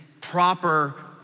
proper